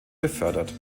befördert